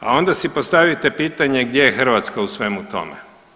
A onda si postavite pitanje gdje je Hrvatska u svemu tome?